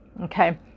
okay